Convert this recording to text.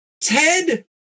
Ted